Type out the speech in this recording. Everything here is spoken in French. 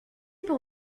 pour